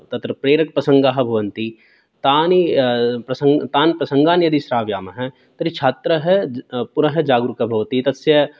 तत्र प्रेरकप्रसङ्गाः भवन्ति तानि प्रसङ् तान् प्रसङ्गान् यदि श्रावयामः तर्हि छात्रः पुनः जागरूकः भवति तस्य